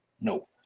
No